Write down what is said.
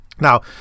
now